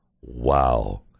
wow